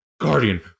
Guardian